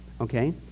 Okay